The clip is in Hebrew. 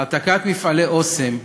העתקת מפעלי "אסם"